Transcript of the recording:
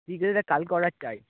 ঠিক আছে কালকে অর্ডার চাই